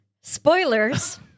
spoilers